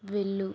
వెళ్ళు